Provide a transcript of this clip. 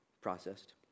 processed